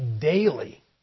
daily